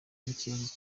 n’ikibazo